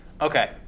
Okay